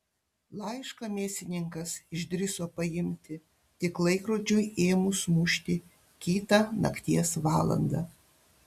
laišką mėsininkas išdrįso paimti tik laikrodžiui ėmus mušti kitą nakties valandą